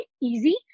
easy